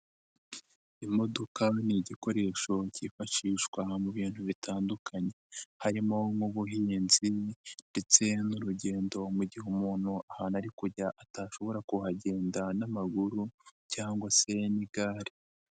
Imodoka ni igikoresho cyifashishwa mu bintu bitandukanye, harimo nk'ubuhinzi ndetse n'urugendo mu gihe umuntu ahantu ari kujya atashobora kuhagenda n'amaguru cyangwa se n'igare.